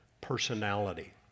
personality